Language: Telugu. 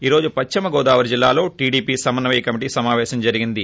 ఈ రోజు పశ్చిమ గోదావరి జిల్లాలో టీడీపీ సమన్యయ కమిటీ సమావేశం జరిగింది